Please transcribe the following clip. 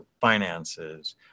finances